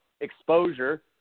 exposure –